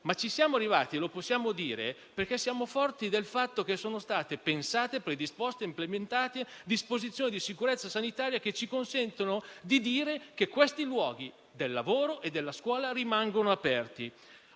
Ci siamo arrivati - lo possiamo dire - perché siamo forti del fatto che sono state pensate, predisposte e implementate disposizioni di sicurezza sanitaria che ci consentono di dire che questi luoghi del lavoro e della scuola rimangono aperti.